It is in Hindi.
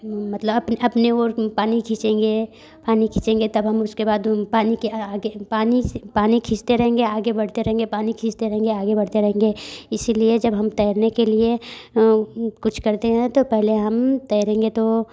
मतलब अपने ओर पानी खीचेंगे पानी खीचेंगे तब हम उसके बाद पानी के आगे पानी पानी खींचते रहेंगे आगे बढ़ते रहेंगे पानी खींचते रहेंगे आगे बढ़ते रहेंगे इसीलिए जब हम तैरने के लिए कुछ करते हैं तो पहले हम तैरेंगे तो